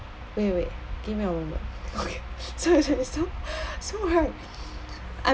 wait wait give me a moment okay so so right I'm